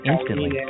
instantly